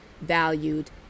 valued